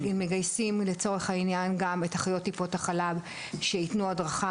אם מגייסים את אחיות טיפות החלב שיתנו הדרכה